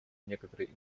некоторой